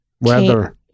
Weather